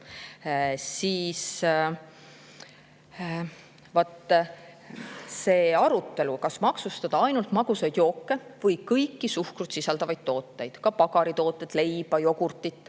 pea. See arutelu, kas maksustada ainult magusaid jooke või kõiki suhkrut sisaldavaid tooteid, ka pagaritooteid, leiba, jogurtit,